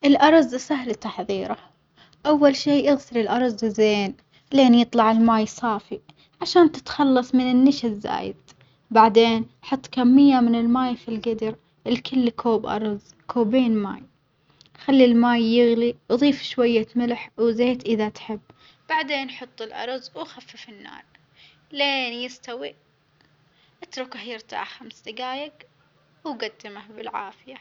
الأرز سهل تحظيره أول شي اغسل الأرز زين لين يطلع الماي صافي عشان تتخلص من النشا الزايد، بعدين حط كمية من الماية في الجدر لكلك كوب أرز كوبي ماي، خلي الماي يغلي وظيف شوية ملح وزيت إذا تحب، بعدين حط الأرز وخفف النار لين يستوي اتركه يرتاح خمس دجايج وجدمه بالعافية.